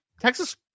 Texas